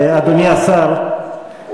אדוני השר,